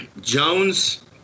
Jones